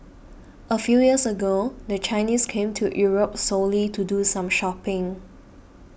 a few years ago the Chinese came to Europe solely to do some shopping